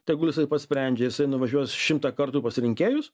tegul jisai pats sprendžia jisai nuvažiuos šimtą kartų pas rinkėjus